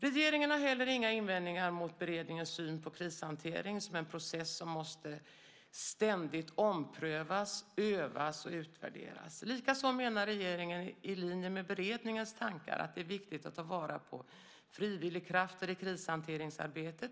Regeringen har heller inga invändningar mot beredningens syn på krishantering som en process som ständigt måste omprövas, övas och utvärderas. Likaså menar regeringen, i linje med beredningens tankar, att det är viktigt att ta vara på frivilligkrafter i krishanteringsarbetet.